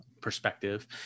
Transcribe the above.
perspective